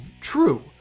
true